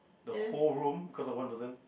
the whole room cause of one person